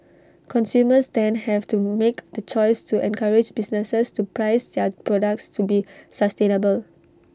consumers then have to make the choice to encourage businesses to price their products to be sustainable